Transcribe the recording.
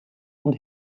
und